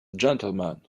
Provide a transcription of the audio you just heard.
gentleman